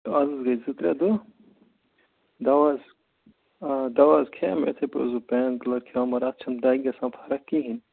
اَز حظ گٔے زٕ ترٛےٚ دۄہ دوا حظ آ دوا حظ کھیٚیو مےٚ یِتھٕے پٲٹھۍ زٕ پین کِلَر کھیٚیو مےٚ مگر اَتھ چھَنہٕ دَگہِ گژھان فرق کِہیٖنٛۍ